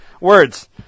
Words